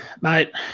Mate